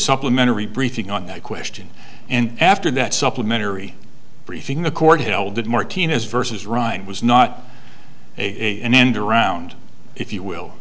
supplementary briefing on that question and after that supplementary briefing the court held that martinez versus ryan was not a an end around if you will